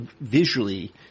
visually